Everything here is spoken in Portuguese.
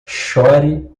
chore